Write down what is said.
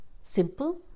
Simple